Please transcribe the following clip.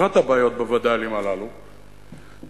אחת הבעיות בווד"לים הללו זה,